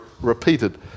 repeated